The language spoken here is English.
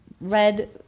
Red